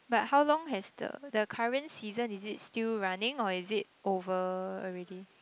but how long has the the current season is it still running or is it over already